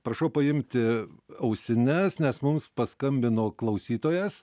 prašau paimti ausines nes mums paskambino klausytojas